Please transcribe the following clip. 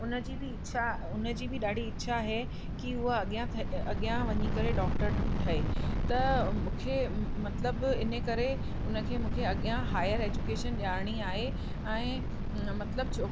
उन जी बि इच्छा उन जी बि ॾाढी इच्छा आहे की उहा अॻियां थी अॻियां वञी करे डॉक्टर ठहे त मूंखे मतिलबु इन करे उन खे मूंखे अॻियां हायर एजुकेशन ॾियारिणी आहे ऐं मतिलबु छो